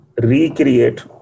recreate